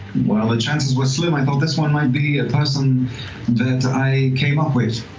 while the chances were slim, i thought this one might be a person that i came up with,